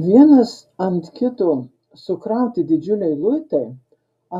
vienas ant kito sukrauti didžiuliai luitai